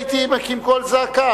אני הייתי מקים קול זעקה,